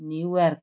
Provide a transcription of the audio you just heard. New York